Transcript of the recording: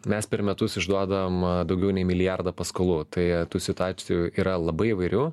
mes per metus išduodam daugiau nei milijardą paskolų tai tų situacijų yra labai įvairių